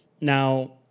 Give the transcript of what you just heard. now